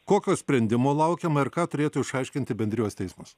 kokio sprendimo laukiama ir ką turėtų išaiškinti bendrijos teismas